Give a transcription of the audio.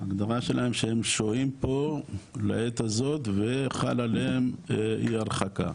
ההגדרה שלהם שהם שוהים פה לעת הזאת וחלה עליהם אי-הרחקה.